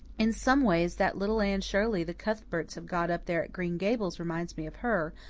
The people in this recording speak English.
in some ways that little anne shirley the cuthberts have got up there at green gables reminds me of her,